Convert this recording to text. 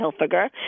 Hilfiger